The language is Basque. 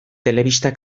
telebista